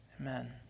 Amen